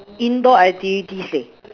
indoor activities eh